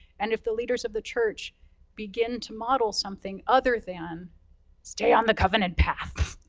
and if the leaders of the church begin to model something other than stay on the covenant path,